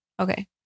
Okay